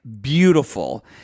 beautiful